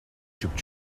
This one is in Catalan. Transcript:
xup